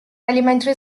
elementary